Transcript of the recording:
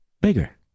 Bigger